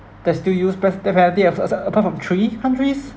that still use death death penalty as a uh apart from three countries